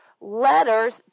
letters